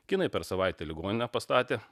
kinai per savaitę ligoninę pastatė